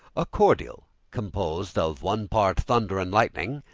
a cordial composed of one part thunder-and-lightning,